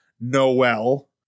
Noel